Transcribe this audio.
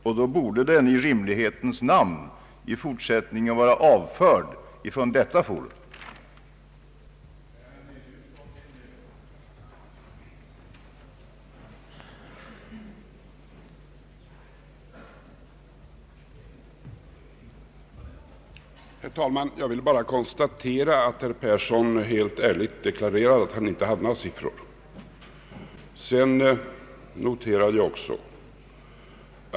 Men då borde den i rimlighetens namn vara avförd från detta forum i fortsättningen.